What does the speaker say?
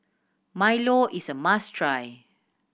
Milo is a must try